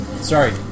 Sorry